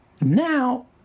now